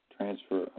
transfer